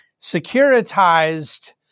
securitized